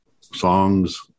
songs